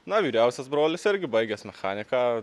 na vyriausias brolis irgi baigęs mechaniką